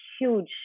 huge